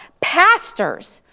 pastors